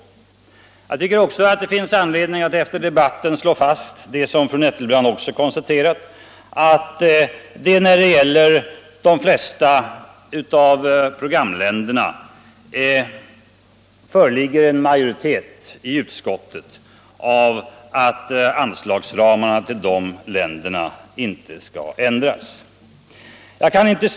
Det är också riktigt att slå fast vad fru Nettelbrandt konstaterade, nämligen att det finns en majoritet i utskottet för att anslagsramarna till programländerna i de flesta fallen inte skall ändras.